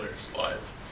slides